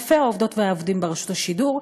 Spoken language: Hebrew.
אלפי העובדות והעובדים ברשות השידור,